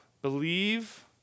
believe